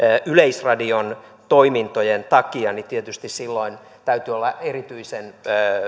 yleisradion toimintojen takia niin tietysti silloin täytyy olla erityisen